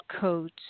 codes